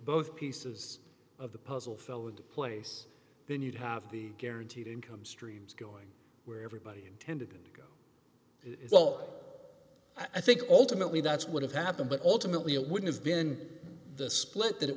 both pieces of the puzzle fell would place then you'd have the guaranteed income streams going where everybody intended to go well i think ultimately that's what happened but ultimately it would've been the split that it